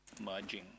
merging